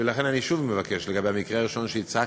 ולכן אני שוב מבקש, לגבי המקרה הראשון שהצגת,